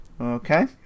Okay